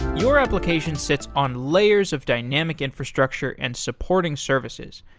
your application sits on layers of dynamic infrastructure and supporting services.